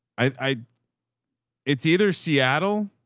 i it's either seattle